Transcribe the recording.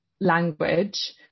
language